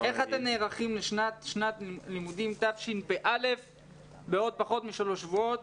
איך אתם נערכים לשנת הלימודים תשפ"א בעוד פחות משלושה שבועות